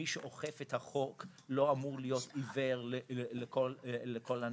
מי שאוכף את החוק לא אמור להיות עיוור לכל הנסיבות.